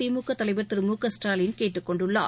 திமுக தலைவர் திரு மு க ஸ்டாலின் கேட்டுக்கொண்டுள்ளார்